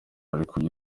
ariko